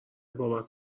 بابک